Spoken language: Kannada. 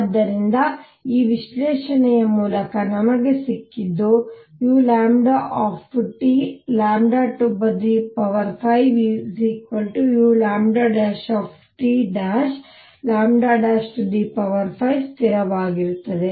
ಆದ್ದರಿಂದ ಈ ವಿಶ್ಲೇಷಣೆಯ ಮೂಲಕ ನಮಗೆ ಸಿಕ್ಕಿದ್ದು u5uλT' 5 ಸ್ಥಿರವಾಗಿರುತ್ತದೆ